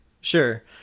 Sure